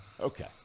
Okay